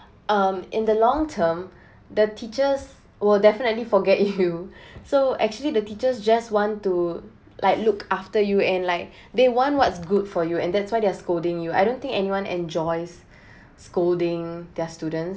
um in the long term the teachers will definitely forget you so actually the teachers just want to like look after you and like they want what's good for you and that's why they're scolding you I don't think anyone enjoys scolding their student